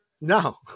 No